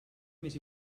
més